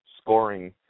scoring